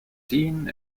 dean